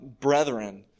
brethren